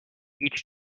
each